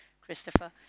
Christopher